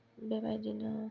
बेबायदिनो